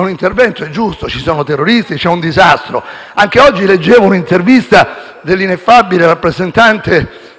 un intervento è giusto: ci sono terroristi, c'è un disastro. Anche oggi leggevo un'intervista dell'ineffabile rappresentante